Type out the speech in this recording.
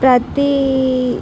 ప్రతి